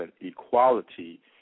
equality